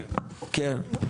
כן,